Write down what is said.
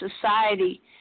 society